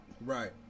right